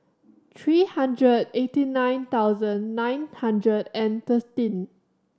three hundred eighty nine thousand nine hundred and thirteen